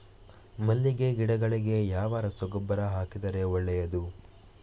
ಮಲ್ಲಿಗೆ ಗಿಡಗಳಿಗೆ ಯಾವ ರಸಗೊಬ್ಬರ ಹಾಕಿದರೆ ಒಳ್ಳೆಯದು?